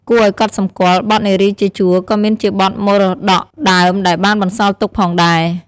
គួរឱ្យកត់សម្គាល់ បទ "នារីជាជួរ" ក៏មានជាបទមរតកដើមដែលបានបន្សល់ទុកផងដែរ។